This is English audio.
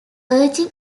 urging